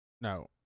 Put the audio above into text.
No